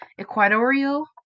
equatorial